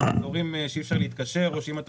אזורים שאי אפשר להתקשר או שאם אתה